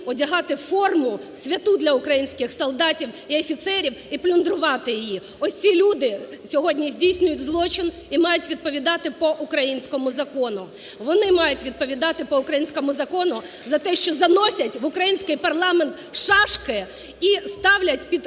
одягати форму, святу для українських солдатів і офіцерів, і плюндрувати її. Ось ці люди сьогодні здійснюють злочин і мають відповідати по українському закону, вони мають відповідати по українському закону за те, що заносять в український парламент шашки і ставлять під